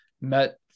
met